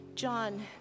John